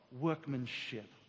Workmanship